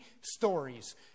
stories